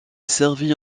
servit